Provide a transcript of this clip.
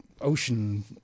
ocean